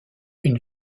une